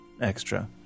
extra